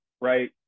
right